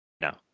No